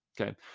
Okay